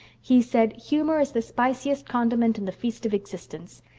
he said, humor is the spiciest condiment in the feast of existence.